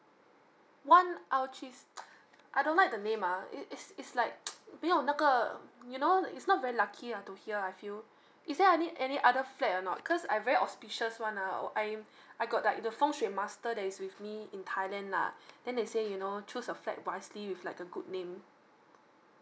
one I don't like the name ah it it's it's like you know it's not very lucky ah to hear I feel is there any any other flat or not cause I very auspicious [one] ah oh I I got like the feng shui master that is with me in thailand lah then they say you know choose a flat wisely with like a good name